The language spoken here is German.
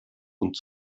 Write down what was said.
und